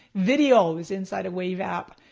videos inside of wave app.